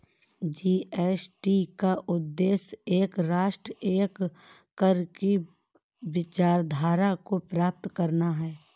GST का उद्देश्य एक राष्ट्र, एक कर की विचारधारा को प्राप्त करना है